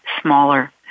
smaller